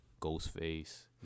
Ghostface